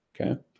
Okay